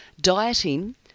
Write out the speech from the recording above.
Dieting